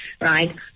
right